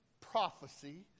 prophecy